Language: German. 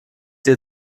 ihr